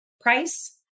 price